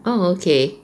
oh okay